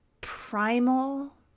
primal